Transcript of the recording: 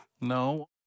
No